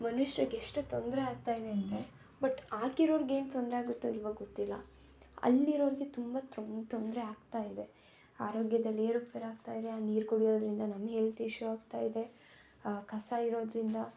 ಮನುಷ್ಯರಿಗೆ ಎಷ್ಟು ತೊಂದರೆ ಆಗ್ತಾಯಿದೆ ಅಂದರೆ ಬಟ್ ಹಾಕಿರೋರ್ಗೆ ಏನು ತೊಂದರೆ ಆಗುತ್ತೋ ಇಲ್ಲವೋ ಗೊತ್ತಿಲ್ಲ ಅಲ್ಲಿರೋರಿಗೆ ತುಂಬ ತೊನ್ ತೊಂದರೆ ಆಗ್ತಾಯಿದೆ ಆರೋಗ್ಯದಲ್ಲಿ ಏರುಪೇರು ಆಗ್ತಾಯಿದೆ ಆ ನೀರು ಕುಡಿಯೋದರಿಂದ ನಮ್ಮ ಹೆಲ್ತ್ ಇಶ್ಯೂ ಆಗ್ತಾಯಿದೆ ಕಸ ಇರೋದರಿಂದ